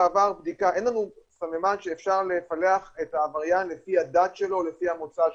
אין לנו סממן שאפשר לפלח את העבריין לפי הדת שלו או לפי המוצא שלו.